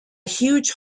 huge